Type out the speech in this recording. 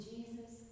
Jesus